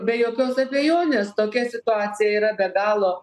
be jokios abejonės tokia situacija yra be galo